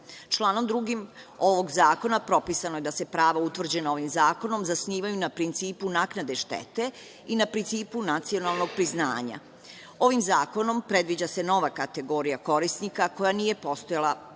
Članom 2. ovog zakona propisano je da se prava utvrđena ovim zakonom zasnivaju na principu naknade štete i na principu nacionalnog priznanja. Ovim zakonom predviđa se nova kategorija korisnika koja nije postojala